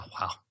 wow